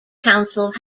council